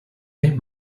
hem